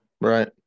Right